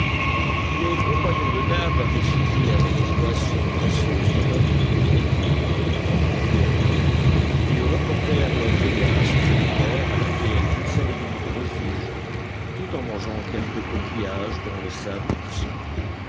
les compagnons de nab avaient suivi avec angoisse son audacieuse tentative et quand il fut hors de vue ils reportèrent leurs regards sur cette terre à laquelle ils allaient demander refuge tout en mangeant quelques coquillages dont le sable était semé